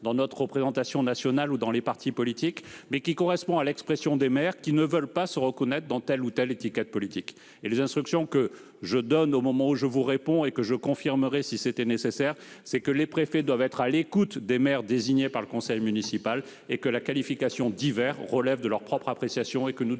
de la représentation nationale ou dans les partis politiques, mais qui correspond à l'expression des maires ne voulant pas se reconnaître dans telle ou telle étiquette politique. L'instruction que je donne au moment où je vous réponds et que je confirmerai si c'est nécessaire est la suivante : les préfets doivent être à l'écoute des maires désignés par le conseil municipal ; la qualification « divers » relève de leur appréciation, et nous devons